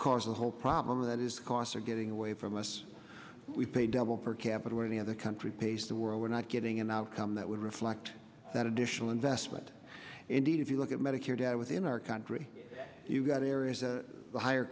cause of the whole problem that is costs are getting away from us we pay double per capita than any other country pays the world we're not getting an outcome that would reflect that additional investment indeed if you look at medicare data within our country you've got areas a higher